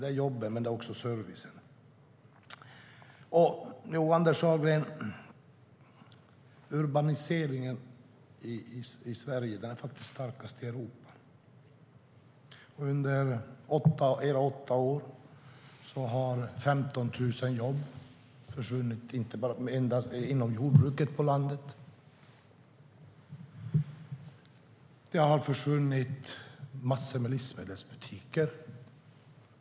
Det handlar om jobben men också servicen. Urbaniseringen i Sverige är starkast i Europa, Anders Ahlgren. Under era åtta år har 15 000 jobb försvunnit på landsbygden, inte bara inom jordbruket; massor av livsmedelsbutiker har också försvunnit.